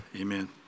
amen